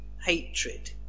hatred